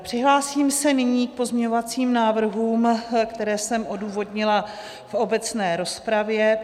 Přihlásím se nyní k pozměňovacím návrhům, které jsem odůvodnila v obecné rozpravě.